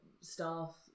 staff